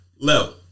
level